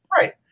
Right